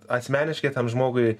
asmeniškai tam žmogui